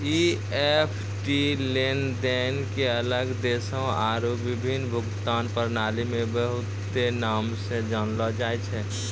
EFT लेनदेन के अलग देशो आरु विभिन्न भुगतान प्रणाली मे बहुते नाम से जानलो जाय छै